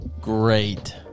great